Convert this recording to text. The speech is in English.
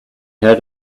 how